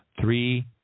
Three